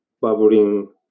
bubbling